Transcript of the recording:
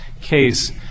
case